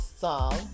song